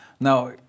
Now